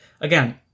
Again